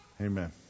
amen